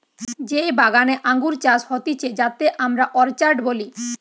যেই বাগানে আঙ্গুর চাষ হতিছে যাতে আমরা অর্চার্ড বলি